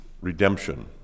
redemption